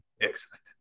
excellent